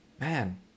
man